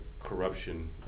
corruption